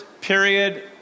period